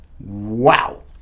Wow